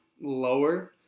lower